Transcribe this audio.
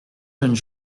jeunes